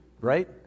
right